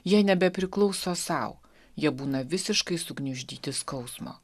jie nebepriklauso sau jie būna visiškai sugniuždyti skausmo